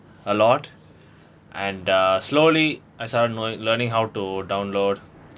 a lot and uh slowly I started learning how to download